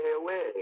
away